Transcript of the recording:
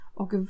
och